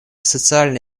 социально